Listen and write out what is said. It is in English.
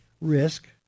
risk